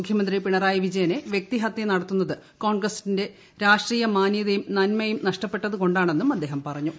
മുഖ്യമന്ത്രി പിണറായി വിജയനെ വൃക്തി ഹത്യനടത്തുന്നത് കോൺഗ്രസിന്റെ രാഷ്ട്രീയ മാനൃതയും നന്മയും നഷ്ടപ്പെട്ടത് കൊണ്ടാണെന്നും അദ്ദേഹം പറഞ്ഞു